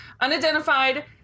Unidentified